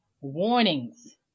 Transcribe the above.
warnings